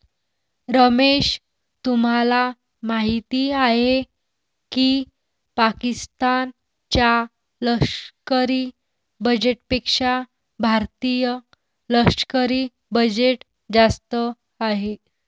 रमेश तुम्हाला माहिती आहे की पाकिस्तान च्या लष्करी बजेटपेक्षा भारतीय लष्करी बजेट जास्त आहे